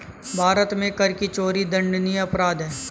भारत में कर की चोरी दंडनीय अपराध है